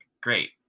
great